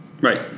Right